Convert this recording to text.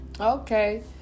Okay